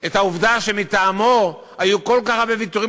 את העובדה שמטעמו היו כל כך הרבה ויתורים